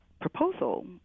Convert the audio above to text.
proposal